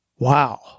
Wow